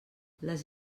les